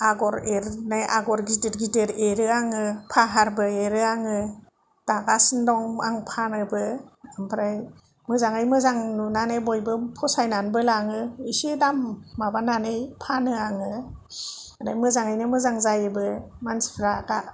आगर एरनाय आगर गिदिर गिदिर एरो आङो फाहारबो एरो आङो दागासिनो दं आं फानोबो ओमफ्राय मोजाङै मोजां नुनानै बयबो फसायनानैबो लाङो एसे दाम माबानानै फानो आङो माने मोजाङैनो मोजां जायोबो मानसिफ्रा दा